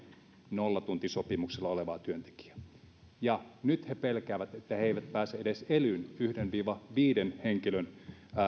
nollatuntisopimuksella olevaa työntekijää nyt he pelkäävät että he eivät pääse edes elyn yhden viiden henkilön